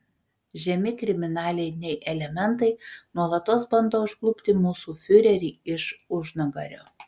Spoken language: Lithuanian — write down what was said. žemi kriminaliniai elementai nuolatos bando užklupti mūsų fiurerį iš užnugario